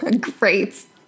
Great